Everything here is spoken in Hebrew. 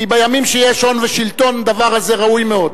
כי בימים של הון ושלטון הדבר הזה ראוי מאוד.